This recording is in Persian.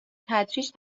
تدریج